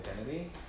identity